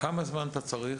כמה זמן אתה צריך?